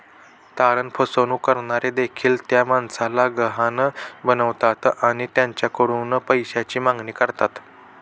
तारण फसवणूक करणारे देखील त्या माणसाला गहाण बनवतात आणि त्याच्याकडून पैशाची मागणी करतात